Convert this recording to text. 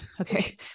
okay